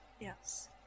Yes